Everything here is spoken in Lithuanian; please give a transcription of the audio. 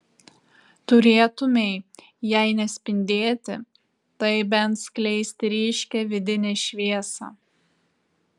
turėtumei jei ne spindėti tai bent skleisti ryškią vidinę šviesą